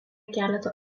keletą